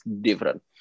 different